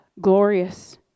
glorious